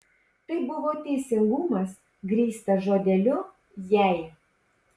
tai buvo teisingumas grįstas žodeliu jei